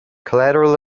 collateral